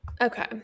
Okay